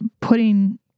putting